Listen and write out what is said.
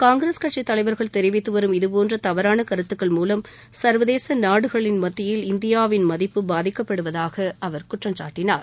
காங்கிரஸ் கட்சித் தலைவர்கள் தெரிவித்து வரும் இதபோன்ற தவறான கருத்துக்கள் மூலம் சர்வதேச நாடுகளின் மத்தியில் இந்தியாவின் மதிப்பு பாதிக்கப்படுவதாக அவர் குற்றம் சாட்டினார்